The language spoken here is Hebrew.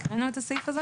הקראנו את הסעיף הזה?